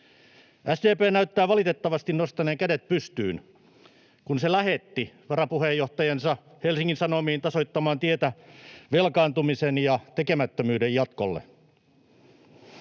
SDP näyttää valitettavasti nostaneen kädet pystyyn, kun se lähetti varapuheenjohtajansa Helsingin Sanomiin tasoittamaan tietä velkaantumisen ja tekemättömyyden jatkolle.